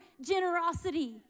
generosity